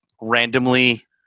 randomly